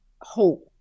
hope